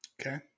Okay